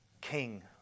King